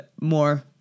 more